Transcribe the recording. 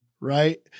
right